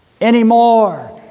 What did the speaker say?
anymore